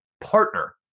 partner